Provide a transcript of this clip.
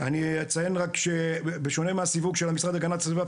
אני אציין רק שבשונה מהסיווג של המשרד להגנת הסביבה,